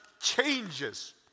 changes